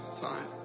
time